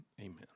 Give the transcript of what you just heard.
amen